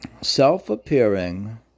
Self-appearing